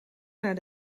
naar